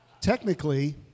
technically